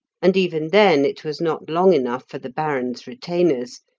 and even then it was not long enough for the baron's retainers,